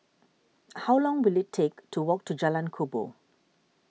how long will it take to walk to Jalan Kubor